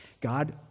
God